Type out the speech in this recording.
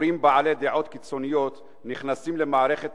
מורים בעלי דעות קיצוניות נכנסים למערכת